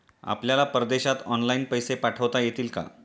आपल्याला परदेशात ऑनलाइन पैसे पाठवता येतील का?